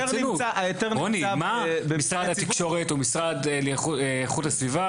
מה משרד התקשורת או המשרד לאיכות הסביבה